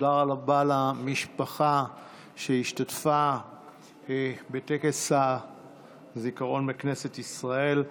תודה רבה למשפחה שהשתתפה בטקס הזיכרון בכנסת ישראל.